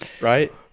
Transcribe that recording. right